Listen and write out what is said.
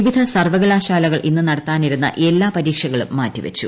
വിവിധ സർവകലാ ശാലകൾ ഇന്നു നടത്താനിരുന്ന എല്ലാ പരീക്ഷകളും മാറ്റി വച്ചു